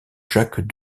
jacques